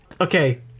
Okay